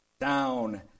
down